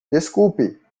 desculpe